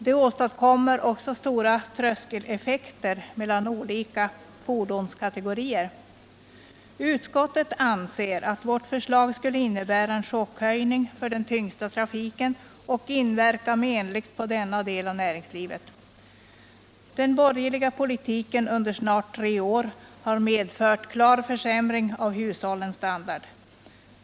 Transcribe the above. Det åstadkommer också stora tröskeleffekter mellan olika fordonskategorier. Utskottet anser att vårt förslag skulle innebära en chockhöjning för den tyngsta trafiken och inverka menligt på denna del av näringslivet. Den borgerliga politiken under snart tre år har medfört en klar försämring av hushållens standard.